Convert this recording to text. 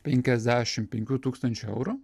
penkiasdešimt penkių tūkstančių eurų